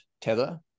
Tether